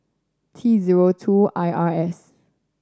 T zero two I R S